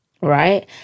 Right